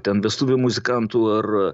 ten vestuvių muzikantų ar